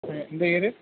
ம் எந்த இயரு